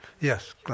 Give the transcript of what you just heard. Yes